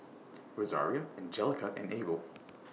Rosaria Anjelica and Abel